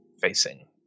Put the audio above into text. facing